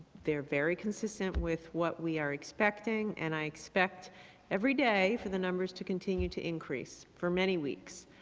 they're very consistent with what we are expecting, and i expect every day for the numbers to continue to increase for many weeks.